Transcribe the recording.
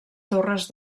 torres